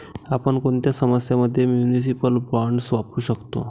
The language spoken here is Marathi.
आपण कोणत्या समस्यां मध्ये म्युनिसिपल बॉण्ड्स वापरू शकतो?